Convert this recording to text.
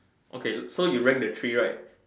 okay so you rank the three right